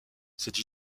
cette